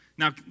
Now